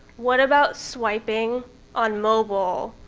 what about swiping on mobile?